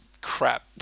crap